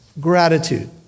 gratitude